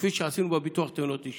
כפי שעשינו בביטוח תאונות אישיות.